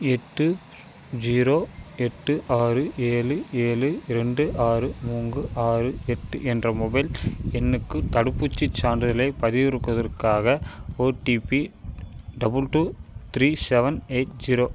எட்டு ஜீரோ எட்டு ஆறு ஏழு ஏழு ரெண்டு ஆறு மூன்கு ஆறு எட்டு என்ற மொபைல் எண்ணுக்கு தடுப்பூசிச் சான்றிதழைப் பதிவிறக்குவதற்காக OTP double two three seven eight zero